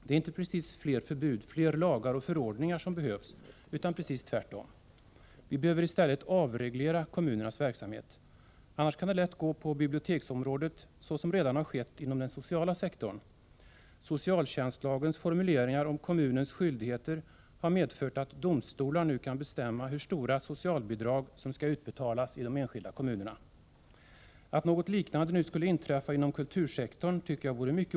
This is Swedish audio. Det är inte fler förbud, fler lagar och förordningar som behövs utan precis tvärtom. Vi behöver i stället avreglera kommunernas verksamhet. Annars kan det lätt gå på biblioteksområdet som det redan har gjort inom den sociala sektorn. Socialtjänstlagens formuleringar om kommunens skyldigheter har medfört att domstolar nu kan bestämma hur stora socialbidrag som skall utbetalas i de enskilda kommunerna. Det vore mycket olyckligt om något liknande skulle inträffa inom kultursektorn.